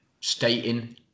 stating